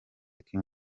kim